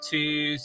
Two